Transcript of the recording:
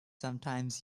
sometimes